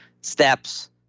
steps